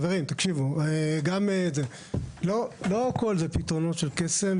לא הכל זה פתרונות של קסם.